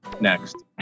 next